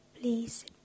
Please